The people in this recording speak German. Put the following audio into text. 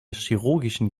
chirurgischen